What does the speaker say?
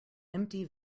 empty